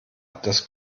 das